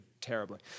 terribly